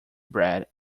bred